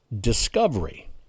discovery